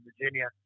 Virginia